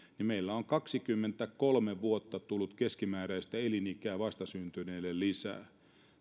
niin meillä on kaksikymmentäkolme vuotta tullut keskimääräistä elinikää vastasyntyneille lisää